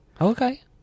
Okay